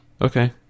Okay